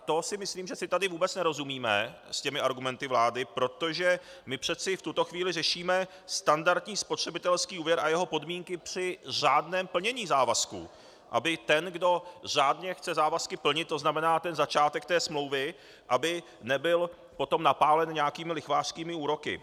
To si myslím, že si tady vůbec nerozumíme s argumenty vlády, protože přece v tuto chvíli řešíme standardní spotřebitelský úvěr a jeho podmínky při řádném plnění závazků, aby ten, kdo chce řádně závazky plnit, to znamená začátek smlouvy, aby nebyl potom napálen nějakými lichvářskými úroky.